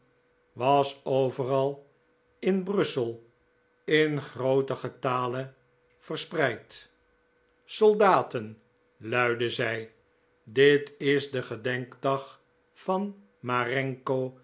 was overal in brussel in grooten getale verspreid soldaten luiddc zij dit is de gedenkdag van marengo